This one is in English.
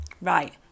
right